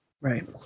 Right